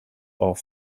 auf